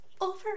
over